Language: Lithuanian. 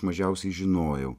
mažiausiai žinojau